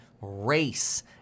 race